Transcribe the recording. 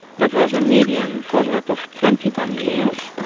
there was a median follow-up of twenty one years,